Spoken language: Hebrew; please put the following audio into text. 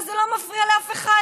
וזה לא מפריע לאף אחד,